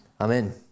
Amen